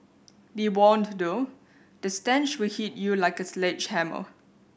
be warned though the stench will hit you like a sledgehammer